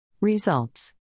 Results